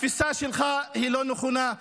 התפיסה שלך לא נכונה.